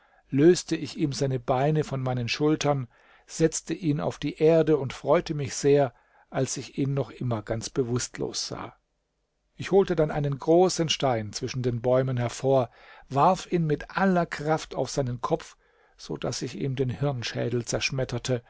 löste ich ihm seine beine von meinen schultern setzte ihn auf die erde und freute mich sehr als ich ihn noch immer ganz bewußtlos sah ich holte dann einen großen stein zwischen den bäumen hervor warf ihn mit aller kraft auf seinen kopf so daß ich ihm den hirnschädel zerschmetterte